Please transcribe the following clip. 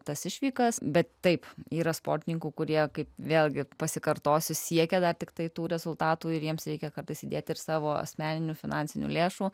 tas išvykas bet taip yra sportininkų kurie kaip vėlgi pasikartosiu siekia dar tiktai tų rezultatų ir jiems reikia kartais įdėti ir savo asmeninių finansinių lėšų